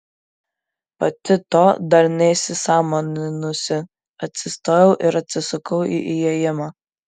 pati to dar neįsisąmoninusi atsistojau ir atsisukau į įėjimą